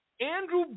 Andrew